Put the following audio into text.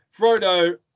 Frodo